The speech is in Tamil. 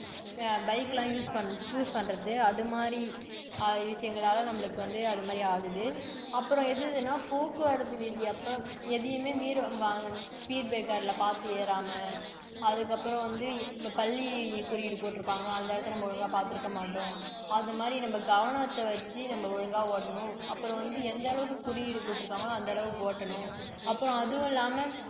பைக்லாம் யூஸ் பண் சூஸ் பண்ணுறது அது மாதிரி விஷயங்களால் நம்மளுக்கு வந்து அது மாதிரி ஆகுது அப்புறம் எதெதுன்னா போக்குவரத்து விதி அப்போ எதையுமே மீறுவாங்க ஸ்பீட் பிரேக்கரில் பார்த்து ஏறாமல் அதுக்கப்புறம் வந்து இப்போ பள்ளி குறியீடு போட்டுருப்பாங்க அந்த இடத்துல நம்ம ஒழுங்காக பார்த்துருக்க மாட்டோம் அது மாதிரி நம்ம கவனத்தை வச்சு நம்ம ஒழுங்கா ஓட்டணும் அப்புறம் வந்து எந்த அளவுக்கு குறியீடு கொடுத்துருக்காங்களோ அந்த அளவுக்கு ஓட்டணும் அப்புறம் அதுவும் இல்லாமல்